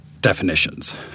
definitions